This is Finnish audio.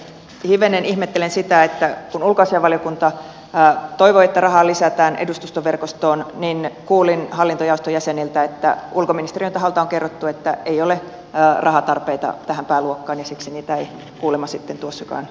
hivenen ihmettelen sitä että kun ulkoasiainvaliokunta toivoi että rahaa lisätään edustustoverkostoon niin kuulin hallinto ja turvallisuusjaoston jäseniltä että ulkoministeriön taholta on kerrottu että ei ole rahatarpeita tähän pääluokkaan ja siksi niitä ei kuulemma sitten tuossakaan mietinnössä ole